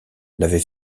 l’avait